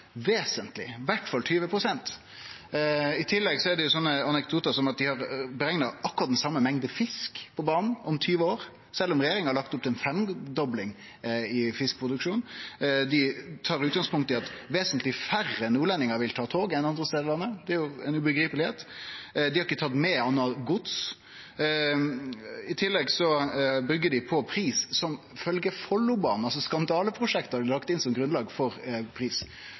vesentleg, i alle fall med 20 pst.? I tillegg er det anekdotar som at dei har berekna akkurat den same mengda fisk på banen om 20 år, sjølv om regjeringa har lagt opp til ei femdobling i fiskeproduksjon. Dei tar utgangspunkt i at vesentleg færre nordlendingar vil ta tog enn ein gjer andre stader i landet. Det er ubegripeleg. Dei har ikkje tatt med anna gods. I tillegg byggjer dei på ein pris som følgjer Follobanen – eit skandaleprosjekt er altså lagt inn som grunnlag for pris.